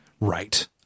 Right